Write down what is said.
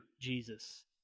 Jesus